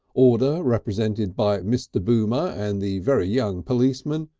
order represented by mr. boomer and the very young policeman,